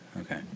Okay